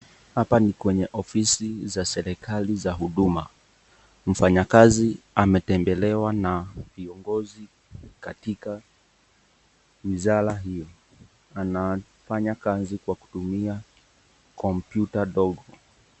Hapa ni kwenye ofisi z serikali za huduma, mfanyakazi ametembelewa na viongozi katika wizara hii anafanya kazi kwa kutumia kompyuta.